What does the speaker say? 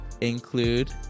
include